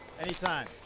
Anytime